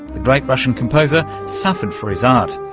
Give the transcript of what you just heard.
the great russian composer suffered for his art.